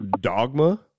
dogma